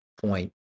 point